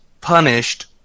punished